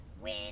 win